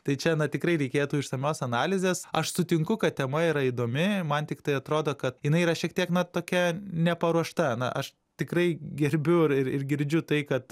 tai čia na tikrai reikėtų išsamios analizės aš sutinku kad tema yra įdomi man tiktai atrodo kad jinai yra šiek tiek na tokia neparuošta na aš tikrai gerbiu ir ir girdžiu tai kad